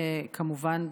כמובן,